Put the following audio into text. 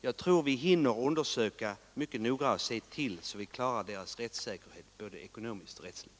Jag tror vi hinner undersöka mycket noga och se till att klara deras rättssäkerhet, både ekonomiskt och rättsligt.